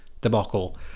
debacle